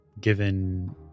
given